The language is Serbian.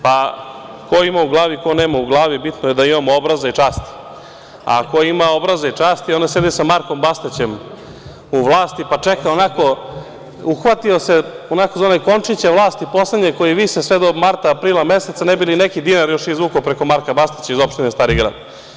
Pa, ko ima u glavi, ko nema u glavi, bitno je da imamo obraza i časti, a ko ima obraza i časti on ne sedi sa Markom Bastaćem u vlasti, pa čeka onako, uhvatio se onako za onaj končiće vlasti poslednje koji vise sve do marta, aprila meseca, ne bi li neki dinar još izvukao preko Marka Bastaća iz opštine Stari Grad.